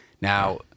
Now